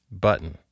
Button